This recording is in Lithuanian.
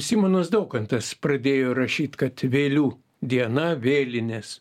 simonas daukantas pradėjo rašyti kad vėlių diena vėlinės